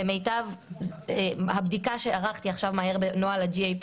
למיטב הבדיקה שערכתי עכשיו בנוהל ה-GAP